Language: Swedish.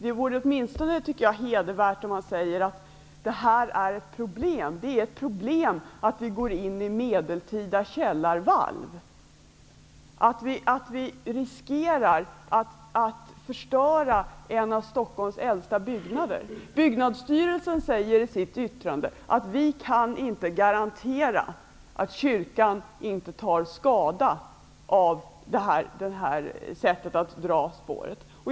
Det vore åtminstone hedervärt om man sade att det här är ett problem. Det är ett problem att vi går in i medeltida källarvalv, att vi riskerar att förstöra en av Byggnadsstyrelsen säger i sitt yttrande att man inte kan garantera att kyrkan inte tar skada av det här sättet att dra spåret.